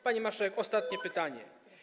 Pani marszałek, ostatnie pytanie.